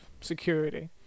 security